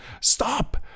Stop